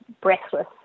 breathless